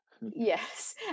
yes